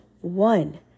one